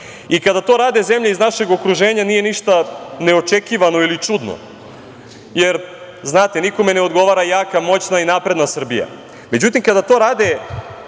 Kada to rade zemlje iz našeg okruženja nije ništa neočekivano ili čudno, jer znate, nikome ne odgovara jaka, moćna i napredna Srbija. Međutim, kada to rade